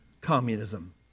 communism